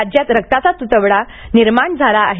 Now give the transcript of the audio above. राज्यात रक्ताचा तुटवडा निर्माण झाला आहे